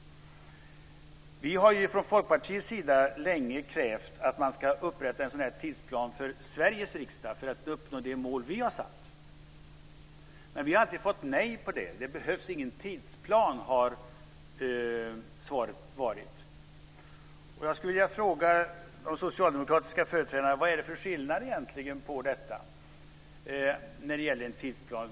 Vi har från Folkpartiets sida länge krävt att man ska upprätta en sådan tidsplan för Sveriges riksdag för att uppnå de mål vi har satt. Men vi har alltid fått nej till det. Det behövs ingen tidsplan har svaret varit. Jag skulle vilja fråga de socialdemokratiska företrädarna: Vad är det egentligen för skillnad när det gäller tidsplan?